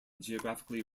geographically